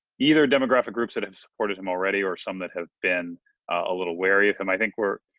either demographic groups that have supported them already or some that have been a little wary of him. i think we're,